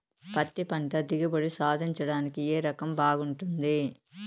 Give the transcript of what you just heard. పత్తి పంట దిగుబడి సాధించడానికి ఏ రకం బాగుంటుంది?